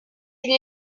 une